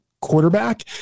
quarterback